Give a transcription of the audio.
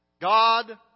God